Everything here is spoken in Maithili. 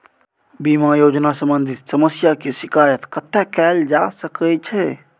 बीमा योजना सम्बंधित समस्या के शिकायत कत्ते कैल जा सकै छी?